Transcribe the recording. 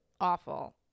awful